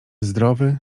zdrowy